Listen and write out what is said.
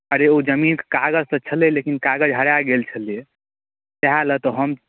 अरे ओहि जमीनके कागज तऽ छलै लेकिन कागज हेराए गेल छलै सएह लेल तऽ हम